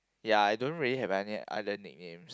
ya I don't really have any other nicknames